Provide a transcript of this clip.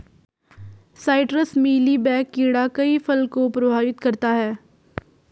citrus mealybug कीड़ा कई फल को प्रभावित करता है